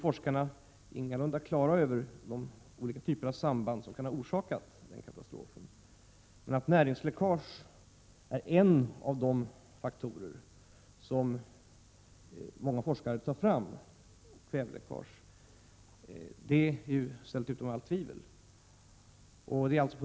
Forskarna är ingalunda på det klara med de olika samband som kan ha orsakat katastrofen, men näringsläckage är en av de faktorer som många forskare nämner. Kväveläckagets bidragande orsak är ju ställt utom allt tvivel.